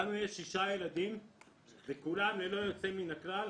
יש לנו ששה ילדים וכולם, בלי יוצא מהכלל,